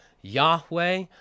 Yahweh